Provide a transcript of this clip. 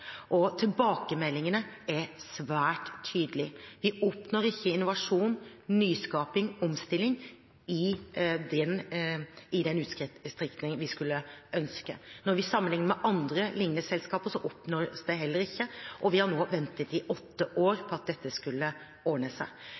og tilbakemeldingene er svært tydelige: De oppnår ikke innovasjon, nyskaping og omstilling i den utstrekning vi skulle ønske. Når vi sammenligner med andre lignende selskaper, oppnås det heller ikke, og vi har nå ventet i åtte år på at dette skulle ordne seg.